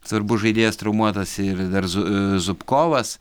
svarbus žaidėjas traumuotas ir dar zu zupkovas